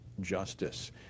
Justice